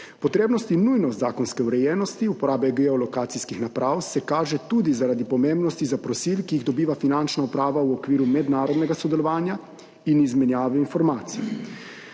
Potrebnost in nujnost zakonske urejenosti uporabe geolokacijskih naprav se kaže tudi zaradi pomembnosti zaprosil, ki jih dobiva Finančna uprava v okviru mednarodnega sodelovanja in izmenjave informacij,